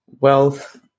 Wealth